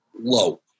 low